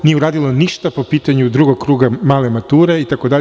Nije uradilo ništa po pitanju drugog kruga male mature itd.